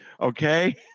Okay